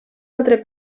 altre